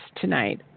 tonight